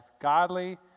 godly